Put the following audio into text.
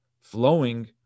flowing